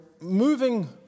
moving